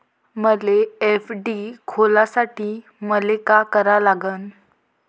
मले एफ.डी खोलासाठी मले का करा लागन?